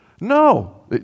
No